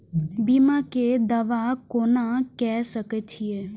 बीमा के दावा कोना के सके छिऐ?